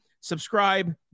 subscribe